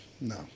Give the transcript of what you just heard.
No